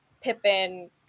Pippin